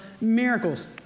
miracles